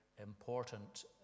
important